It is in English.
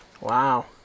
Wow